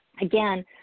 Again